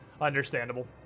Understandable